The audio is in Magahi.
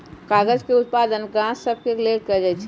कागज के उत्पादन गाछ सभ से कएल जाइ छइ